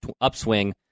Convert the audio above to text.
upswing